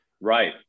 Right